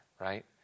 Right